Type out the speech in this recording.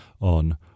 on